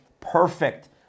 perfect